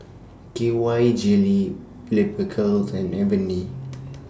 K Y Jelly Blephagel and Avene